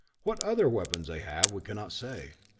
what other weapons they have we cannot say.